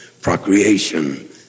procreation